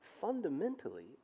fundamentally